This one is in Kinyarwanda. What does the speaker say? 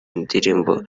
indirimbo